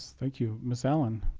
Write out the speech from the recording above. thank you, ms allan.